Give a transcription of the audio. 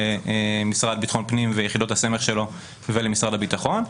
למשרד לביטחון פנים ויחידות הסמך שלו ולמשרד הביטחון.